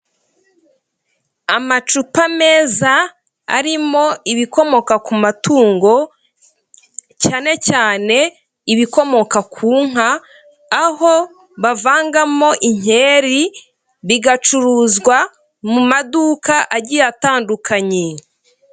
Amacupa meza arimo ibikomoka ku matungo cyane cyane ibikomoka ku nka, aho bavangamo inkeri bigacuruzwa mu maduka agiye atandukanye.